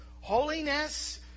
holiness